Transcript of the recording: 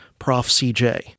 profcj